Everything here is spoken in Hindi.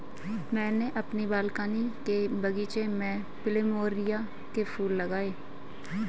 मैंने अपने बालकनी के बगीचे में प्लमेरिया के फूल लगाए हैं